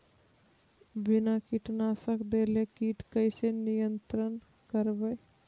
बिना कीटनाशक देले किट कैसे नियंत्रन करबै?